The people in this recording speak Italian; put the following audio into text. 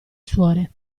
suore